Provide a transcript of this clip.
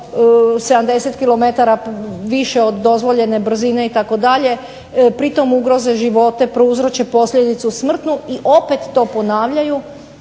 više od dozvoljene brzine itd., pritom ugroze živote, prouzroče posljedicu smrtnu, i opet to ponavljaju